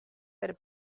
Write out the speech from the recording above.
per